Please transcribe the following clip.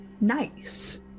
nice